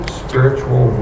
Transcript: spiritual